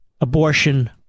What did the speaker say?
abortion